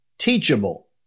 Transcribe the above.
teachable